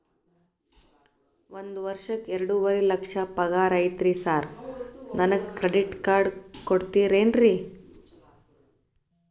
ಒಂದ್ ವರ್ಷಕ್ಕ ಎರಡುವರಿ ಲಕ್ಷ ಪಗಾರ ಐತ್ರಿ ಸಾರ್ ನನ್ಗ ಕ್ರೆಡಿಟ್ ಕಾರ್ಡ್ ಕೊಡ್ತೇರೆನ್ರಿ?